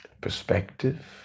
perspective